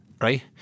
Right